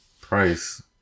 price